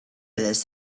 this